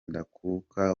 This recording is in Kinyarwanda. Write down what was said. ndakuka